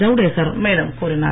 ஜவுடேகர் மேலும் கூறினார்